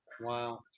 Wow